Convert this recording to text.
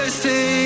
stay